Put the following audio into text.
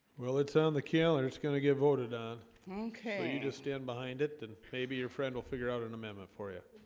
well it's on the calendar it's gonna get voted on okay you just stand behind it then maybe your friend will figure out an amendment for you